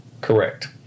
correct